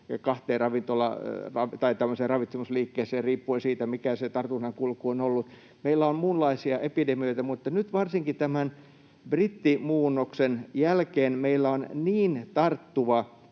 yhteen tai kahteen ravitsemisliikkeeseen riippuen siitä, mikä se tartunnan kulku on ollut. Meillä on muunlaisia epidemioita. Mutta nyt varsinkin tämän brittimuunnoksen jälkeen meillä on niin tarttuva